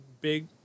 big